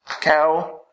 cow